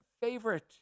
Favorite